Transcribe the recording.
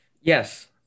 Yes